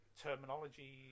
terminology